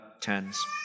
tens